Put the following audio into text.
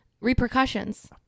repercussions